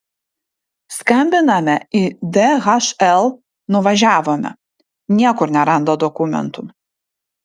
skambiname į dhl nuvažiavome niekur neranda dokumentų